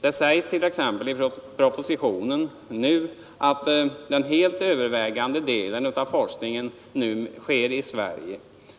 Det sägs t.ex. i propositionen att den helt övervägande delen av forskningen nu sker